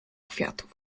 kwiatów